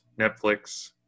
Netflix